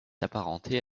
apparenté